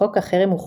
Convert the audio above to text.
חוק החרם הוא חוקתי,